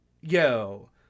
yo